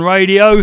Radio